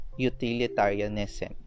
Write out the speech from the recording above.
utilitarianism